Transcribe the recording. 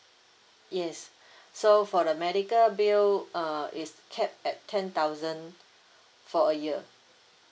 yes so for the medical bill uh it's capped at ten thousand for a year